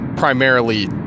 primarily